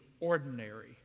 ordinary